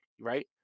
right